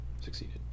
succeeded